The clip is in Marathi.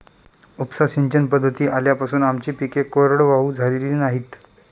उपसा सिंचन पद्धती आल्यापासून आमची पिके कोरडवाहू झालेली नाहीत